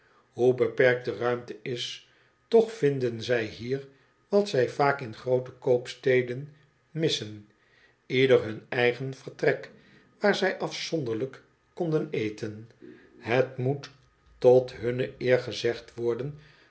beperkt de ruimte is toch vinden zij hier wat zy vaak in groote koopsteden missen ieder hun eigen ver trek waar zij afzonderlijk konden eten het moet tot hunne eer gezegd worden